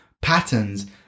patterns